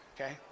okay